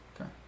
Okay